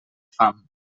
fam